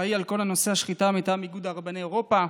שאחראי לכל נושא השחיטה מטעם איגוד רבני אירופה,